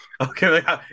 Okay